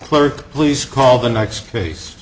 clerk please call the next case